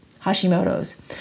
Hashimoto's